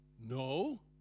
no